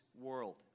world